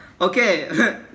Okay